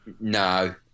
No